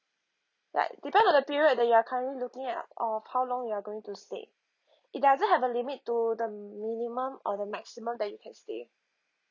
right depend on the period that you're currently looking at of how long you're going to stay it doesn't have a limit to the minimum or the maximum that you can stay